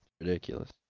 ridiculous